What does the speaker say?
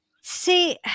See